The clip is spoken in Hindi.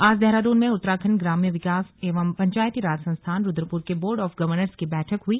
आज देहरादून में उत्तराखण्ड ग्राम्य विकास एवं पंचायती राज संस्थान रूद्रपुर के बोर्ड ऑफ गवर्नर्स की बैठक हुई